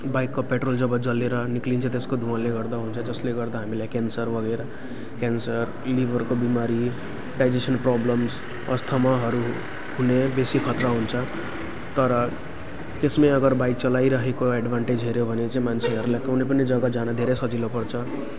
बाइकको पेट्रोल जब जलेर निक्लिन्छ त्यसको धुँवाले गर्दा हुन्छ जसले गर्दा हामीलाई क्यान्सर वगेरा क्यान्सर लिभरको बिमारी डाइजेसनको प्रबलम्स अस्थमाहरू हुने बेसी खतरा हुन्छ तर त्यसमै अगर बाइक चलाइरहेको एड्भान्टेज हेर्यो भने चाहिँ मान्छेहरूले कुनै पनि जग्गा जान धेरै सजिलो पर्छ